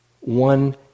One